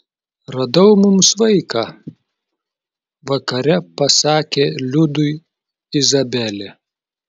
radau mums vaiką vakare pasakė liudui izabelė